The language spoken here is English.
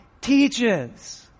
teaches